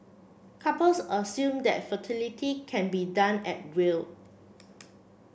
couples assume that fertility can be done at will